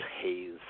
haze